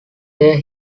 there